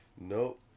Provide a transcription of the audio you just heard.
Nope